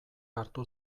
hartu